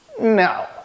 No